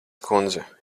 kundze